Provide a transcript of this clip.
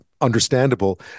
understandable